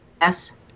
yes